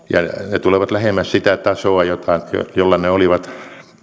ne tulevat lähemmäksi sitä tasoa jolla ne olivat